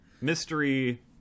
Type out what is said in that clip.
mystery